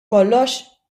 kollox